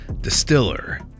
distiller